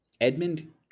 Edmund